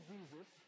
Jesus